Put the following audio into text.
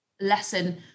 lesson